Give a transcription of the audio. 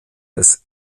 des